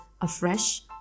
afresh